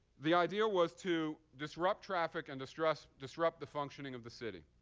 the idea was to disrupt traffic and disrupt disrupt the functioning of the city.